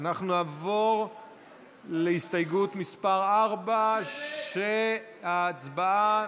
נעבור להסתייגות מס' 4. ההצבעה